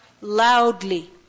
loudly